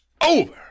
over